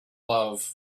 love